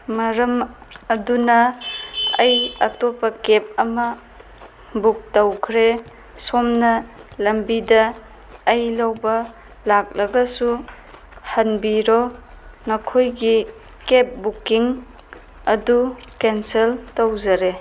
ꯃꯔꯝ ꯑꯗꯨꯅ ꯑꯩ ꯑꯇꯣꯞꯄ ꯀꯦꯕ ꯑꯃ ꯕꯨꯛ ꯇꯧꯈ꯭ꯔꯦ ꯁꯣꯝꯅ ꯂꯝꯕꯤꯗ ꯑꯩ ꯂꯧꯕ ꯂꯥꯛꯂꯒꯁꯨ ꯍꯟꯕꯤꯔꯣ ꯅꯈꯣꯏꯒꯤ ꯀꯦꯕ ꯕꯨꯛꯀꯤꯡ ꯑꯗꯨ ꯀꯦꯟꯁꯦꯜ ꯇꯧꯖꯔꯦ